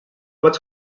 vaig